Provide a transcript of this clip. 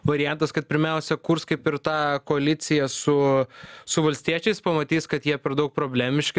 variantas kad pirmiausia kurs kaip ir tą koaliciją su su valstiečiais pamatys kad jie per daug problemiški